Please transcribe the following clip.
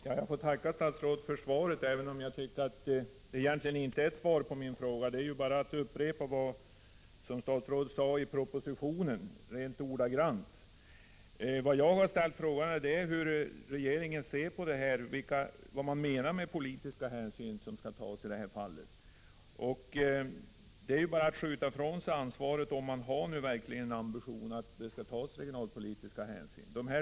Herr talman! Jag tackar statsrådet för svaret, även om jag tycker att det inte egentligen är ett svar på min fråga. Det är bara ett ordagrant upprepande av vad statsrådet sade i propositionen. Vad jag frågade var vad regeringen menar med att regionalpolitiska hänsyn skall tas vid lokaliseringen av statliga verksamheter. Att hänvisa till de regionala styrelserna är bara att skjuta ifrån sig ansvaret — om regeringen verkligen har den ambitionen att regionalpolitiska hänsyn skall tas.